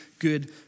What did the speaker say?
good